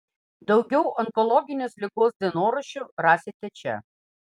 daugiau onkologinės ligos dienoraščių rasite čia